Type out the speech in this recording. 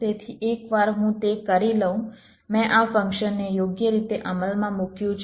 તેથી એકવાર હું તે કરી લઉં મેં આ ફંક્શનને યોગ્ય રીતે અમલમાં મૂક્યું છે